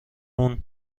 اون